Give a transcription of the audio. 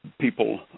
people